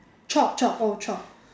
chopped chopped oh chopped